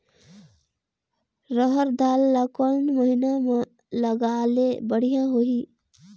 रहर दाल ला कोन महीना म लगाले बढ़िया होही?